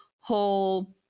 whole